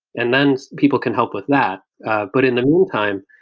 and then people can help with that but in the meantime,